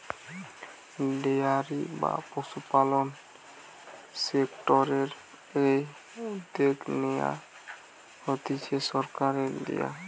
dairy বা পশুপালন সেক্টরের এই উদ্যগ নেয়া হতিছে সরকারের দিয়া